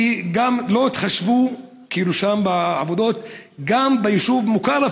וגם לא התחשבו שם, בעבודות, ביישוב המוכר,